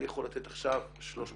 אני יכול לתת עכשיו 350,